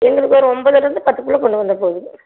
எங்களுக்கு ஒரு ஒம்பதுலேந்து பத்து கிலோகுள்ளே கொண்டு வந்தா போதும்ங்க